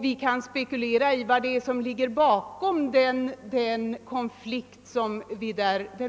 Vi kan spekulera över vad som ligger bakom den